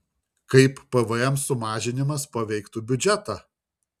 kaip pvm sumažinimas paveiktų biudžetą